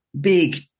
big